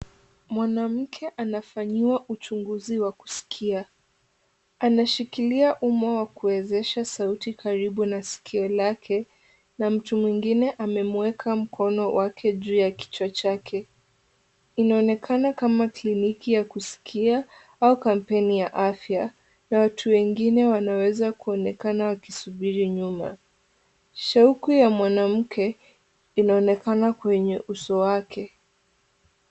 Mwanamke anafanyiwa uchunguzi wa kusikia. Anashikilia umo wa kuwezesha sauti karibu na sikio lake na mtu mwengine amemweka mkono wake juu ya kichwa chake. Inaonekana kama kliniki ya kusikia au kampeni ya afya na watu wengine wanaweza kuonekana wakisubiri nyuma. Shauku ya mwanamke inaonekana kwenye uso wake.